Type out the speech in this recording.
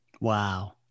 Wow